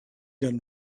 gun